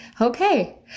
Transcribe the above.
Okay